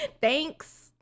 thanks